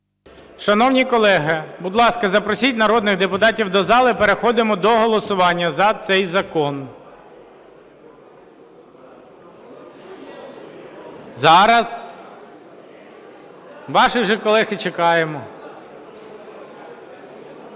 Шановні колеги, будь ласка, запросіть народних депутатів до зали. Переходимо до голосування за цей закон. (Шум у залі) Зараз. Ваших же колег і чекаємо. Будь